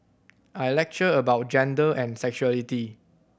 I lecture about gender and sexuality